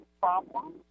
problem